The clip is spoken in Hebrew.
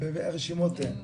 רשימות אין.